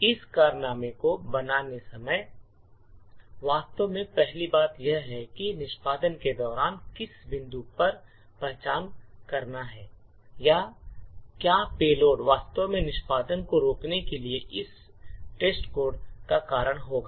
इस कारनामे को बनाते समय वास्तव में पहली बात यह है कि निष्पादन के दौरान किस बिंदु पर पहचान करना है या क्या पेलोड वास्तव में निष्पादन को रोकने के लिए इस टेस्टकोड का कारण होगा